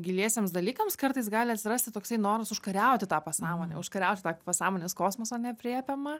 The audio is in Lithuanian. giliesiems dalykams kartais gali atsirasti toksai noras užkariauti tą pasąmonę užkariauti tą pasąmonės kosmosą neaprėpiamą